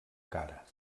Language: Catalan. cara